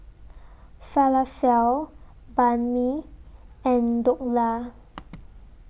Falafel Banh MI and Dhokla